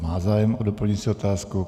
Má zájem o doplňující otázku.